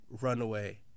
Runaway